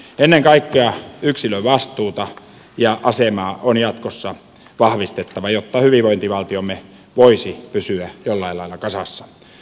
ennen kaikkea yksilön vastuuta ja asemaa on jatkossa vahvistettava jotta hyvinvointivaltiomme voisi pysyä jollain lailla kasassa